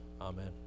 Amen